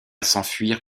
s’enfuir